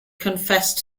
confessed